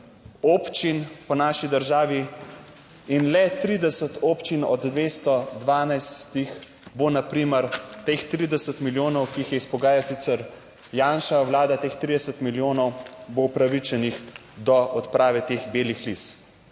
občin po naši državi in le 30 občin od 212 bo na primer teh 30 milijonov, ki jih je izpogajala sicer Janševa vlada, teh 30 milijonov bo upravičenih do odprave teh belih lis.